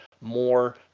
more